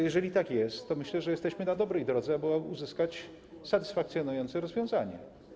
Jeżeli tak jest, to myślę, że jesteśmy na dobrej drodze, aby uzyskać satysfakcjonujące rozwiązanie.